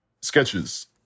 sketches